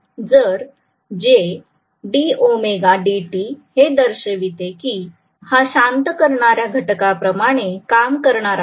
तर हे दर्शवते की हा शांत करण्याऱ्या घटकाप्रमाणे काम करणार आहे